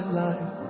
life